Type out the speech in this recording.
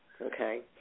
okay